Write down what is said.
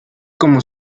como